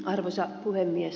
arvoisa puhemies